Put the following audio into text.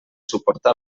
suportar